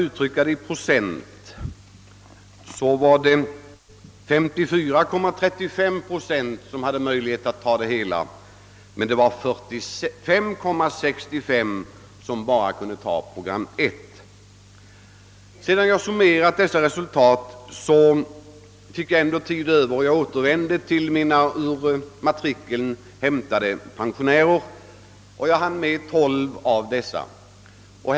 Uttryckt i procent var det sålunda 54,35 procent som hade möjlighet att lyssna på samtliga program och 45,65 som bara kunde ta in program 1. Sedan jag summerat dessa resultat återvände jag till mina ur matrikeln hämtade pensionärer och hann med att besöka tolv av dem.